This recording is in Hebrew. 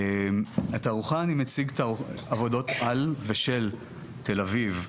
בתערוכה אני מציג עבודות על ושל תל אביב.